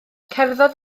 cerddodd